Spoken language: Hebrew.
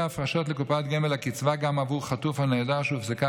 הפרשות לקופת גמל לקצבה גם עבור חטוף או נעדר שהופסקה